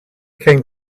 came